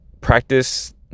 practice